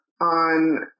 on